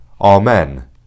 Amen